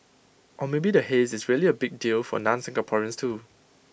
or maybe the haze is really A big deal for non Singaporeans too